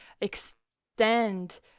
extend